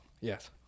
Yes